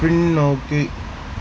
பின்னோக்கி